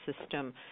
System